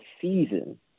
season